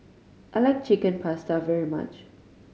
I like Chicken Pasta very much